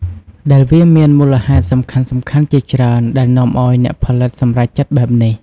ដែលវាមានមូលហេតុសំខាន់ៗជាច្រើនដែលនាំឱ្យអ្នកផលិតសម្រេចចិត្តបែបនេះ។